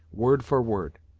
word for word.